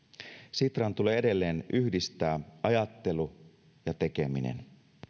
sitran tulee edelleen yhdistää ajattelu ja tekeminen